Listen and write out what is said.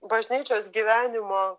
bažnyčios gyvenimo